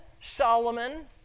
Solomon